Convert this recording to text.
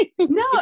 No